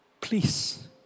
please